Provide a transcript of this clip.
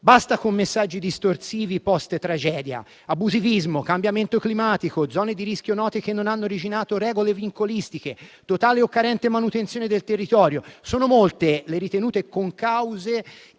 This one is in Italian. Basta con i messaggi distorsivi post-tragedia! Abusivismo, cambiamento climatico, zone di rischio note che non hanno originato regole vincolistiche, totale o carente manutenzione del territorio: sono molte le ritenute concause,